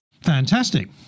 fantastic